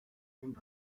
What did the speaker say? und